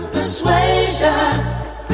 Persuasion